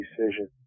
decision